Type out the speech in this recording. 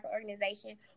organization